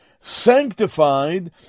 Sanctified